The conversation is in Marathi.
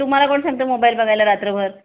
तुम्हाला कोण सांगतो मोबाईल बघायला रात्रभर